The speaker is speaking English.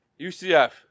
UCF